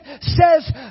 says